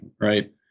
right